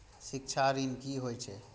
शिक्षा ऋण की होय छै?